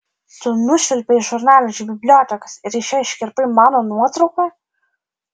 tu nušvilpei žurnalą iš bibliotekos ir iš jo iškirpai mano nuotrauką